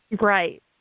Right